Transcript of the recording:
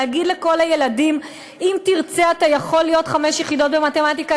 להגיד לכל הילדים: אם תרצה אתה יכול לעשות חמש יחידות במתמטיקה,